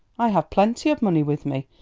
i have plenty of money with me,